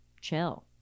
chill